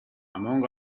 among